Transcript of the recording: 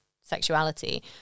sexuality